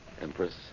Empress